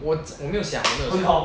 我只我没有想我没有想